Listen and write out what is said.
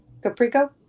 Caprico